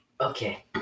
Okay